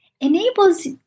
enables